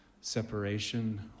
separation